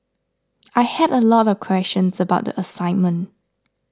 I had a lot of questions about the assignment